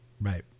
Right